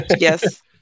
Yes